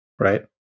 Right